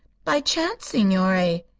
by chance, signore.